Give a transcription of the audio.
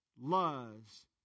loves